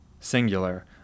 singular